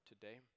today